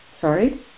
Sorry